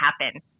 happen